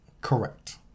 Correct